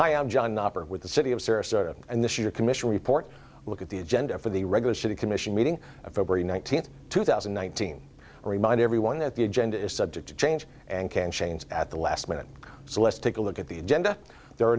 hi i'm john with the city of sarasota and the sugar commission report look at the agenda for the regular city commission meeting of february nineteenth two thousand and nineteen remind everyone that the agenda is subject to change and can change at the last minute so let's take a look at the agenda there are